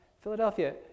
Philadelphia